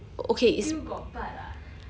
still got but ah